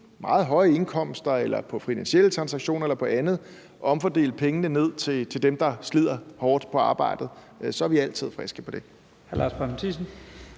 meget høje indkomster, på finansielle transaktioner eller på andet og omfordele pengene, så de kommer ned til dem, der slider hårdt på arbejdet, så er vi altid friske på det.